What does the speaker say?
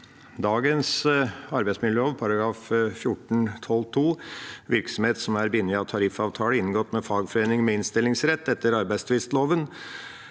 Dagens arbeidsmiljølov § 14-12 andre ledd, om «virksomhet som er bundet av tariffavtale inngått med fagforening med innstillingsrett etter arbeidstvistloven»,